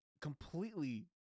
completely